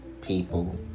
people